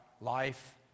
life